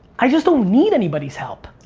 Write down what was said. i just don't need anybody's help.